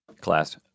class